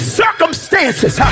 circumstances